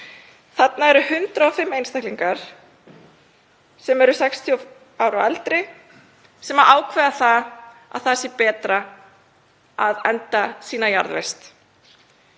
Þarna eru 105 einstaklingar, 60 ára og eldri, sem ákveða að það sé betra að enda sína jarðvist.